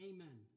Amen